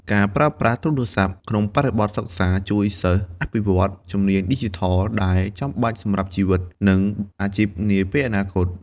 ការប្រើប្រាស់ទូរស័ព្ទក្នុងបរិបទសិក្សាជួយសិស្សអភិវឌ្ឍ ជំនាញឌីជីថល ដែលចាំបាច់សម្រាប់ជីវិត និងអាជីពនាពេលអនាគត។